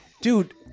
Dude